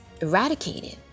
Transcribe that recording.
eradicated